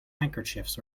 handkerchiefs